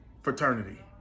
fraternity